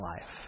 life